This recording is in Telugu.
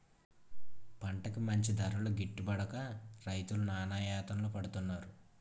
పంటకి మంచి ధరలు గిట్టుబడక రైతులు నానాయాతనలు పడుతున్నారు